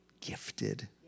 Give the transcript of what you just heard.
gifted